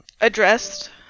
addressed